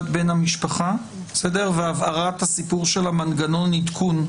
בן משפחה והבהרת הסיפור של מנגנון העדכון,